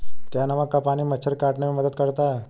क्या नमक का पानी मच्छर के काटने में मदद करता है?